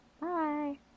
Bye